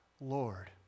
Lord